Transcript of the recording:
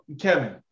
Kevin